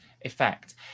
effect